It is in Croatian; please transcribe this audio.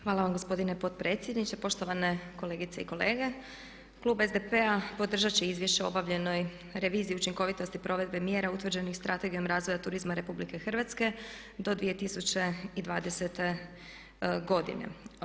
Hvala vam gospodine potpredsjedniče, poštovane kolegice i kolege klub SDP-a podržat će izvješće o obavljenoj reviziji i učinkovitosti provedbe mjera utvrđenim strategijom razvoja turizma RH do 2020.godine.